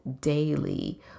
daily